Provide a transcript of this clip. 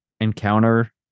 encounter